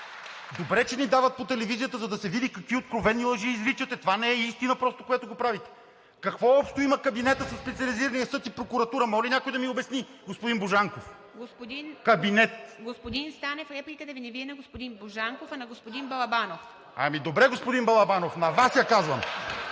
Добре, че ни дават по телевизията, за да се види какви откровени лъжи изричате! Това не е истина просто, което го правите! Какво общо има кабинетът със Специализирания съд и прокуратурата? Може ли някой да ми обясни, господин Божанков? Кабинет! ПРЕДСЕДАТЕЛ ИВА МИТЕВА: Господин Станев, репликата Ви не е на господин Божанков, а на господин Балабанов. ФИЛИП СТАНЕВ: Ами добре, господин Балабанов, на Вас я казвам!